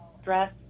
stress